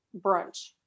brunch